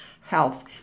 health